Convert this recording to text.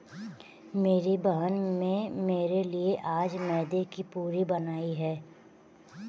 मेरी बहन में मेरे लिए आज मैदे की पूरी बनाई है